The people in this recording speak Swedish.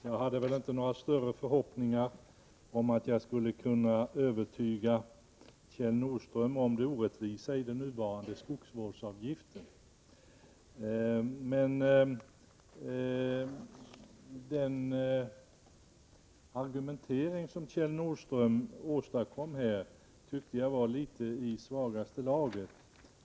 Herr talman! Jag hade inte några större förhoppningar om att jag skulle kunna övertyga Kjell Nordström om det orättvisa i den nuvarande skogsvårdsavgiften. Men den argumentering som Kjell Nordström åstadkom tyckte jag var i svagaste laget.